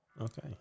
Okay